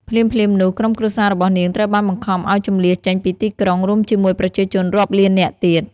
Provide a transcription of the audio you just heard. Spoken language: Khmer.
ភ្លាមៗនោះ ក្រុមគ្រួសាររបស់នាងត្រូវបានបង្ខំឲ្យជម្លៀសចេញពីទីក្រុង រួមជាមួយប្រជាជនរាប់លាននាក់ទៀត។